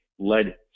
Led